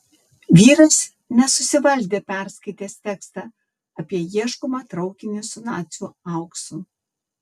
vyras nesusivaldė perskaitęs tekstą apie ieškomą traukinį su nacių auksu